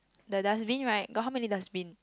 the dustbin right got how many dustbin